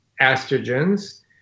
estrogens